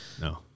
No